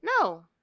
No